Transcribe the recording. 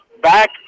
back